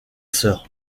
sœur